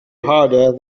harder